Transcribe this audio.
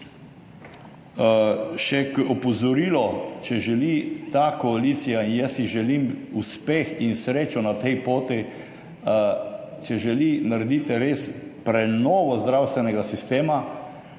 k opozorilu, če želi ta koalicija, jaz ji želim uspeh in srečo na tej poti, res narediti prenovo zdravstvenega sistema,